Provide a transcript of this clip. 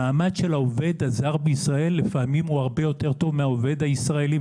המעמד של העובד הזר בישראל לפעמים הרבה יותר טוב מהעובד הישראלי,